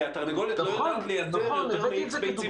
והתרנגולת לא יודעת לייצר יותר מ-X ביצים ביום.